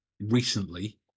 recently